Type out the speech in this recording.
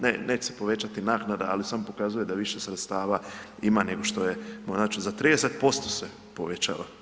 Ne, neće se povećati naknada, ali samo pokazuje da više sredstava ima nego što je, znači za 30% se povećava.